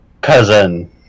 Cousin